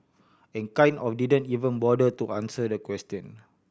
and kind of didn't even bother to answer the question